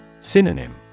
Synonym